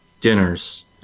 dinners